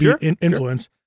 influence